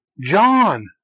John